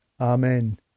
Amen